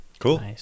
Cool